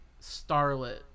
starlet